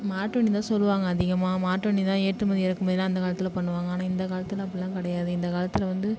மாட்டு வண்டி தான் சொல்லுவாங்க அதிகமாக மாட்டு வண்டி தான் ஏற்றுமதி இறக்குமதிலாம் அந்த காலத்தில் பண்ணுவாங்க ஆனால் இந்த காலத்தில் அப்படிலாம் கிடையாது இந்த காலத்தில் வந்து